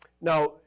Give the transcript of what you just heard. Now